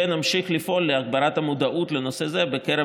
ונמשיך לפעול להגברת המודעות לנושא זה בקרב